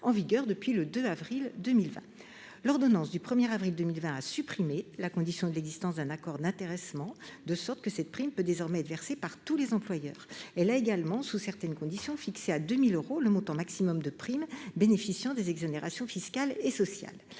en vigueur depuis le 2 avril 2020. L'ordonnance du 1 avril 2020 a supprimé la condition de l'existence d'un accord d'intéressement, de sorte que cette prime peut désormais être versée par tous les employeurs. Elle a également, sous certaines conditions, fixé à 2 000 euros le montant maximum de prime bénéficiant des exonérations fiscales et sociales.